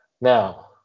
Now